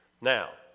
Now